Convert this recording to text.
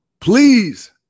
please